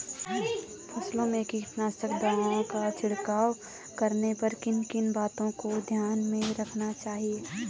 फसलों में कीटनाशक दवाओं का छिड़काव करने पर किन किन बातों को ध्यान में रखना चाहिए?